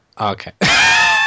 okay